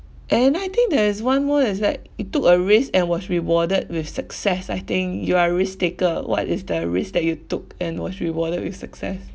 and I think there is one more that's like you took a risk and was rewarded with success I think you are risk taker what is the risk that you took and was rewarded with success